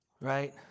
right